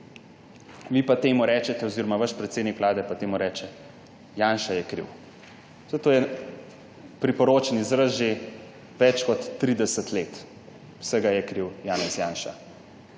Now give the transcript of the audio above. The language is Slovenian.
vi pa temu rečete oziroma vaš predsednik vlade pa temu reče: »Janša je kriv.« Saj to je priročen izraz že več kot 30 let. Vsega je kriv Janez Janša.